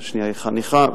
והשנייה היא חניכה,